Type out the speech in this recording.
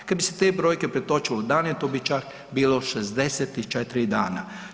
Kad bi se te brojke pretočile u dane, to bi čak bilo 64 dana.